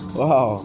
wow